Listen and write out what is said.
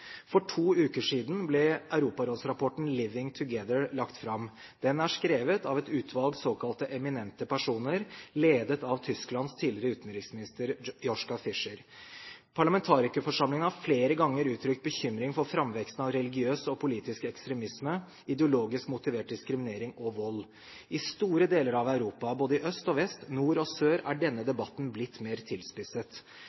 skrevet av et utvalg såkalt eminente personer, ledet av Tysklands tidligere utenriksminister, Joschka Fischer. Parlamentarikerforsamlingen har flere ganger uttrykt bekymring for framveksten av religiøs og politisk ekstremisme, ideologisk motivert diskriminering og vold. I store deler av Europa – både i øst og vest, nord og sør – er denne